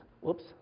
Whoops